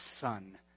son